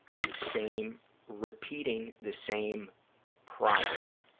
the same, repeating the same problem,